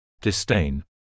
Disdain